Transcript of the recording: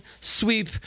sweep